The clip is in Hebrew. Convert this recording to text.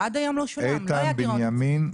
איתן בנימין,